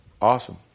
Awesome